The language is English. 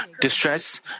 distress